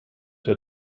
der